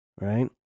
right